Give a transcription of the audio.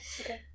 okay